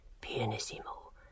Pianissimo